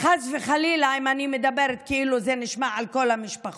חס וחלילה אם כשאני מדברת כאילו זה נשמע על כל המשפחות,